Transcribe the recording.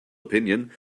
opinion